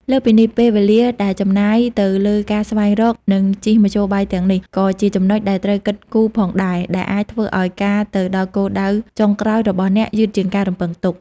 លើសពីនេះ ពេលវេលាដែលចំណាយទៅលើការស្វែងរក និងជិះមធ្យោបាយទាំងនេះ ក៏ជាចំណុចដែលត្រូវគិតគូរផងដែរ ដែលអាចធ្វើឱ្យការទៅដល់គោលដៅចុងក្រោយរបស់អ្នកយឺតជាងការរំពឹងទុក។